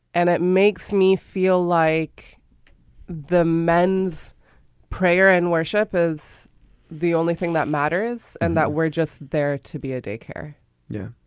and it makes me feel like the men's prayer and worship is the only thing that matters and that we're just there to be a day care yeah.